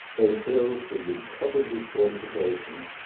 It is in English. those hills would be covered with fortifications,